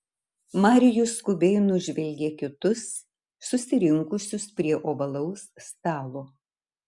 marijus skubiai nužvelgė kitus susirinkusius prie ovalaus stalo